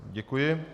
Děkuji.